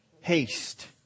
haste